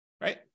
right